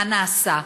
מה נעשה.